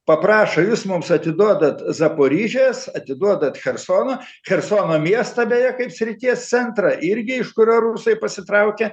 paprašo jūs mums atiduodat zaporižės atiduodat chersono chersono miestą beje kaip srities centrą irgi iš kurio rusai pasitraukė